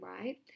right